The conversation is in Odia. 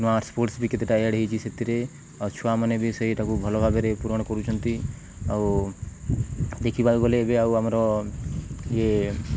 ନୂଆ ସ୍ପୋର୍ଟସ୍ ବି କେତେଟା ଆଡ଼ ହେଇଛି ସେଥିରେ ଆଉ ଛୁଆମାନେ ବି ସେଇଟାକୁ ଭଲ ଭାବରେ ପୂରଣ କରୁଛନ୍ତି ଆଉ ଦେଖିବାକୁ ଗଲେ ଏବେ ଆଉ ଆମର ଇଏ